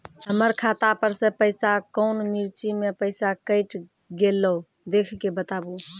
हमर खाता पर से पैसा कौन मिर्ची मे पैसा कैट गेलौ देख के बताबू?